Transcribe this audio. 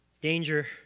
danger